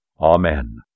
Amen